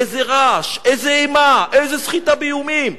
איזה רעש, איזו אימה, איזה סחיטה באיומים.